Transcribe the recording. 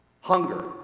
Hunger